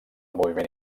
moviment